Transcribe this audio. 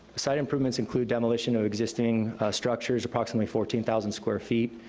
site improvements include demolition of existing structures, approximately fourteen thousand square feet,